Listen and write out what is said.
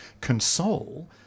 console